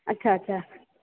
अच्छा अच्छा